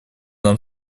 нам